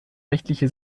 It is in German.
rechtliche